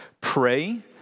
Pray